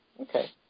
Okay